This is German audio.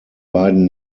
beiden